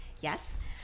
yes